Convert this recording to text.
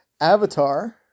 Avatar